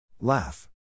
Laugh